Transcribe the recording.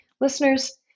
listeners